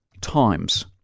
times